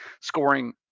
scoring